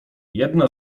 jedna